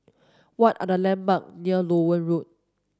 what are the landmark near Loewen Road